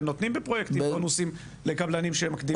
אתם נותנים בונוסים לקבלנים שמקדימים.